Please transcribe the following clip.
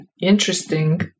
interesting